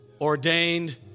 ordained